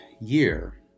year